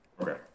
Okay